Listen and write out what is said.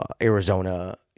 Arizona